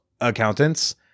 accountants